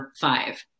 five